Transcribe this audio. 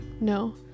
No